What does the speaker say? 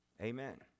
Amen